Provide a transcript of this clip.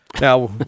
Now